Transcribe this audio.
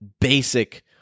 basic